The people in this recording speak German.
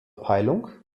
peilung